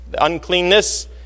uncleanness